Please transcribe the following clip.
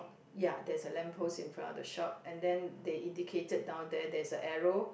ya there's a lamp post in front of the shop and then they indicated down there there's a arrow